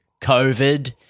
COVID